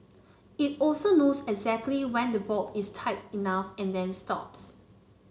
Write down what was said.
it also knows exactly when the bolt is tight enough and then stops